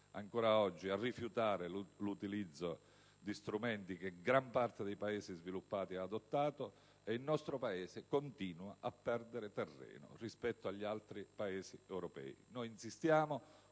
ancora oggi a rifiutare l'utilizzo di strumenti che gran parte dei Paesi sviluppati ha adottato e il nostro Paese continua a perdere terreno rispetto agli altri Paesi europei. Noi insistiamo